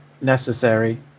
necessary